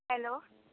hello